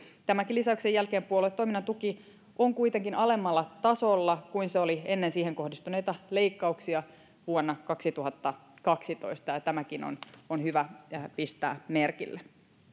tämänkin lisäyksen jälkeen puoluetoiminnan tuki on kuitenkin alemmalla tasolla kuin se oli ennen siihen kohdistuneita leikkauksia vuonna kaksituhattakaksitoista ja ja tämäkin on on hyvä pistää merkille